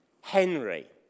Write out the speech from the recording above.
Henry